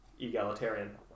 egalitarian